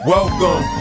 Welcome